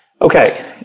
Okay